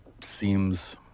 seems